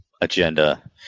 agenda